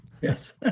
Yes